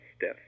death